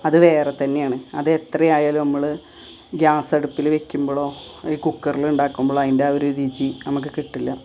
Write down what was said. അത് വേറെ തന്നെയാണ് അത് എത്ര ആയാലും നമ്മൾ ഗ്യാസ് അടുപ്പിൽ വയ്ക്കുമ്പോഴോ ഈ കുക്കറിൽ ഉണ്ടാക്കുമ്പോഴോ അതിൻ്റെ ആ ഒരു രുചി നമുക്ക് കിട്ടില്ല